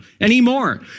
anymore